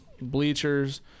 bleachers